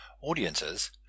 audiences